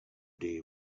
day